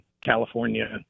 California